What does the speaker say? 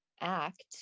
act